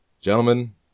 Gentlemen